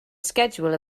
schedule